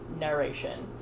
narration